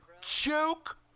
Joke